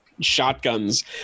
shotguns